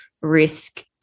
risk